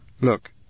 Look